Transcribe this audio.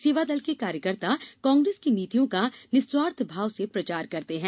सेवादल के कार्यकर्ता कांग्रेस की नीतियों का निस्वार्थ भाव से प्रचार करते हैं